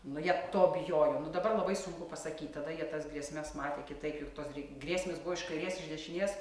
nu jie to bijojo nu dabar labai sunku pasakyt tada jie tas grėsmes matė kitaip juk tos gr grėsmės buvo iš kairės iš dešinės